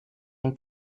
and